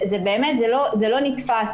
באמת, זה לא נתפס.